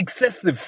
excessive